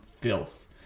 filth